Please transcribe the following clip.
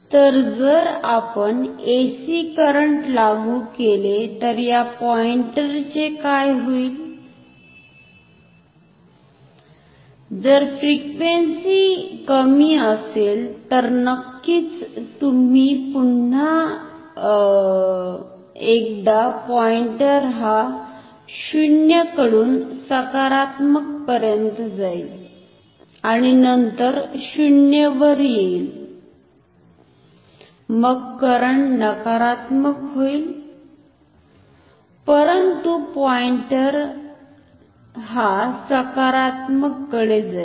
तर जर आपण AC करंट लागू केले तर या पॉईंटर चे काय होईल जर फ्रिक्वेन्सी कमी असेल तर नक्कीच पुन्हा एकदा पॉईंटर हा 0 कडून सकारात्मक पर्यंत जाईल आणि नंतर 0 वर येईल मग करंट नकारात्मक होईल परंतु पॉईंटर हा सकारात्मक कडे जाईल